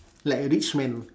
like a rich man